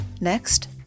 Next